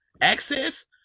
Access